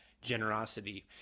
generosity